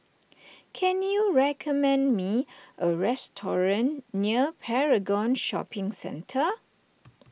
can you recommend me a restaurant near Paragon Shopping Centre